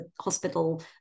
hospital